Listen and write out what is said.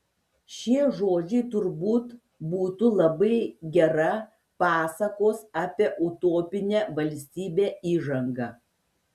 šie žodžiai turbūt būtų labai gera pasakos apie utopinę valstybę įžanga